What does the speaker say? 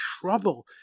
trouble